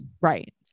Right